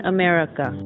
America